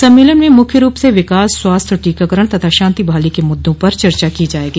सम्मेलन में मुख्य रूप से विकास स्वास्थ्य और टीकाकरण तथा शांति बहाली के मुद्दों पर चर्चा की जाएगी